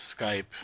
Skype